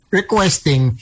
requesting